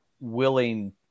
willing